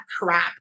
crap